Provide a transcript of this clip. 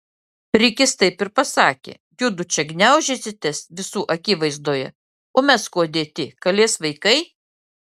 rikis taip ir pasakė judu čia gniaužysitės visų akivaizdoje o mes kuo dėti kalės vaikai